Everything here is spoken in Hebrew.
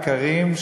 מכרים,